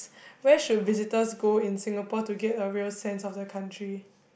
where should visitors go in Singapore to get a real sense of the country